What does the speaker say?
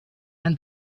and